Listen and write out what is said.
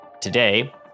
Today